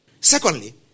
Secondly